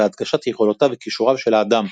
והדגשת יכולותיו וכישוריו של האדם,